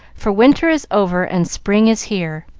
for winter is over and spring is here.